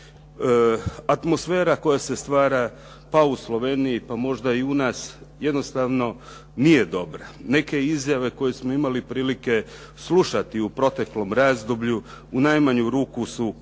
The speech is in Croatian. Atmosfera koja se stvara, pa u Sloveniji, pa možda i u nas jednostavno nije dobra. Neke izjave koje smo imali prilike slušati u proteklom razdoblju, u najmanju ruku su